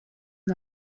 now